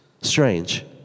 Strange